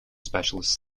specialist